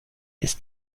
ist